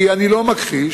כי אני לא מכחיש,